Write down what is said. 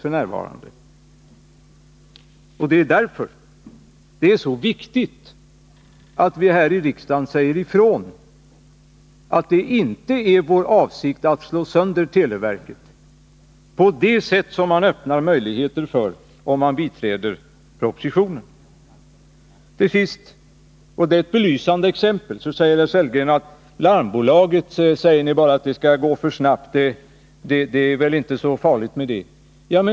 Det är därför det är så viktigt att vi här i riksdagen säger ifrån att det inte är vår avsikt att slå sönder televerket på det sätt som man öppnar möjligheter för om man biträder propositionen. Vi har sagt att det går för snabbt att nu bilda ett larmbolag. På det svarar herr Sellgren att det väl inte är så farligt med det.